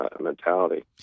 mentality